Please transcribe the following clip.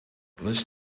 this